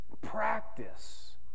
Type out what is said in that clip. practice